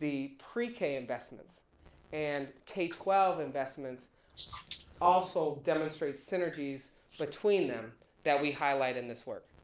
the pre-k investments and k twelve investments also demonstrate synergies between them that we highlight in this work.